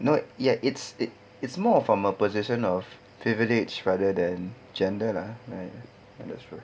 not yet it's it it's more from a position of privilege rather than gender lah like that's true